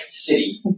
city